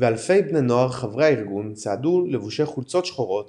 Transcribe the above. ואלפי בני נוער חברי הארגון צעדו לבושי חולצות שחורות